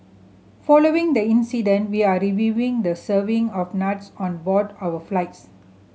following the incident we are reviewing the serving of nuts on board our flights